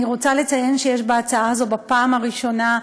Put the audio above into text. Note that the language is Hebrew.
אני רוצה לציין שיש בהצעה הזאת, בפעם הראשונה,